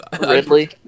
Ridley